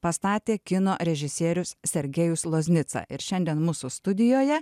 pastatė kino režisierius sergejus loznica ir šiandien mūsų studijoje